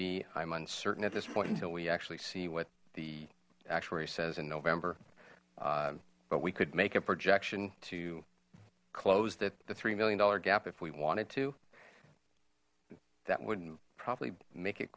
be i'm uncertain at this point until we actually see what the actuary says in november but we could make a projection to close that the three million dollar gap if we wanted to that wouldn't probably make it